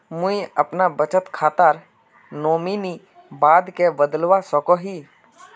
मुई अपना बचत खातार नोमानी बाद के बदलवा सकोहो ही?